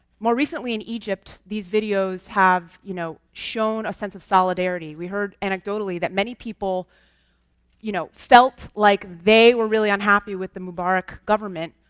more recently in egypt, these videos have you know shown a sense of solidarity. we heard anecdoteally that many people you know felt like they were really unhappy with the mubarak government,